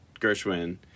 Gershwin